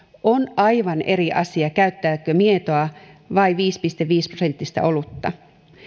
on aivan eri asia käyttääkö mietoa vai viisi pilkku viisi prosenttista olutta paitsi että